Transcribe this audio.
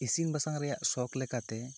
ᱤᱥᱤᱱ ᱵᱟᱥᱟᱝ ᱨᱮᱭᱟᱜ ᱥᱚᱠ ᱞᱮᱠᱟᱛᱮ